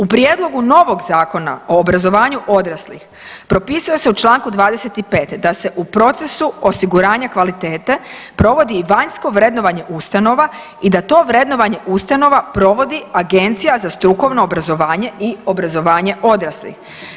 U prijedlogu novog Zakona o obrazovanju odraslih propisuje se u čl. 25. da se u procesu osiguranja kvalitete provodi i vanjsko vrednovanje ustanova i da to vrednovanje ustanova provodi Agencija za strukovno obrazovanje i obrazovanje odraslih.